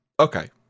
Okay